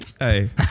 Hey